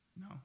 No